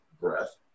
breath